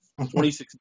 26